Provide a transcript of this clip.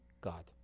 God